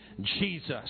Jesus